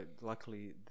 luckily